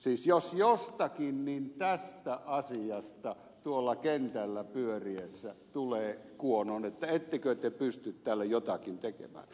siis jos jostakin niin tästä asiasta tuolla kentällä pyöriessä tulee kuonoon että ettekö te pysty tälle jotakin tekemään